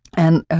and,